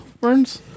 Burns